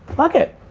fuck it.